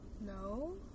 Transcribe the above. No